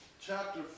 chapter